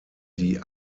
die